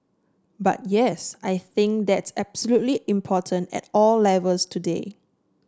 but yes I think that's absolutely important at all levels today